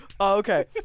Okay